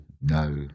no